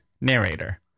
narrator